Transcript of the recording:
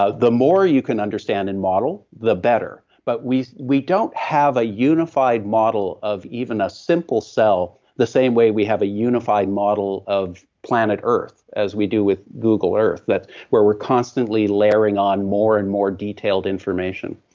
ah the more you can understand in model, the better, but we we don't have a unified model of even a simple cell the same way we have a unified model of planet earth as we do with google earth where we're constantly layering on more and more detailed information.